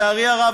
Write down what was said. לצערי הרב,